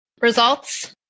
Results